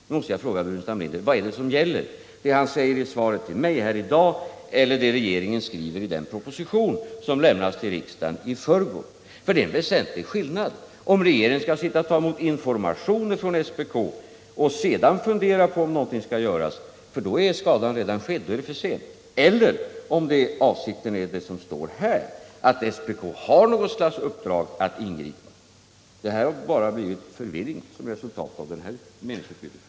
Då måste jag fråga Staffan Burenstam Linder: Vad är det som gäller —- det som handelsministern säger i svaret till mig här i dag eller det som regeringen skriver i den proposition som lades fram för riksdagen i förrgår? Det är en väsentlig skillnad om regeringen skall sitta och ta emot information från SPK och sedan fundera på om något skall göras — för då är skadan redan skedd, då är det för sent — eller om det är, som det står i svaret, att SPK har något slags uppdrag att ingripa. Resultatet av det här meningsutbytet har bara blivit förvirring.